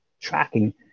tracking